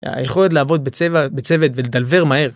יכול להיות לעבוד בצוות ולדלבר מהר.